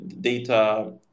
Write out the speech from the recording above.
data